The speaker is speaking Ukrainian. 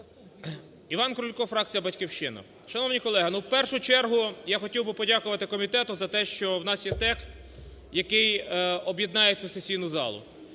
Іван Крулько, фракція "Батьківщина". Шановні колеги, в першу чергу я хотів би подякувати комітету за те, що у нас є текст, який об'єднає цю сесійну залу.